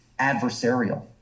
adversarial